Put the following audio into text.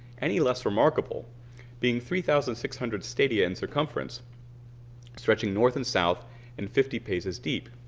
any less remarkable being three thousand six hundred stadia in circumference stretching north and south and fifty paces deep.